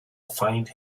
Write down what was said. find